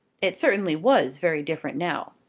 it certainly was very different now.